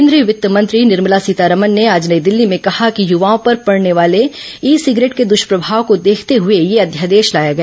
केंद्रीय वित्त मंत्री निर्मला सीतारमन ने आज नई दिल्ली में कहा कि युवाओं पर पडने वाले ई सिगरेंट के दृष्प्रभाव को देखते हुए यह अध्यादेश लाया गया